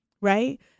Right